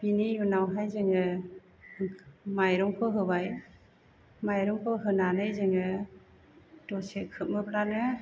बेनि उनावहाय जोङो माइरंखौ होबाय माइरंखौ होनानै जोङो दसे खोबोब्लानो